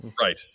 Right